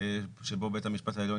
זו המשמעות.